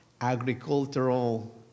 agricultural